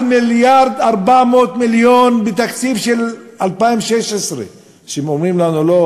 על 1.4 מיליארד מהתקציב של 2016. אומרים לנו: לא,